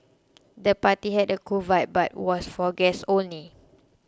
the party had a cool vibe but was for guests only